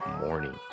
Morning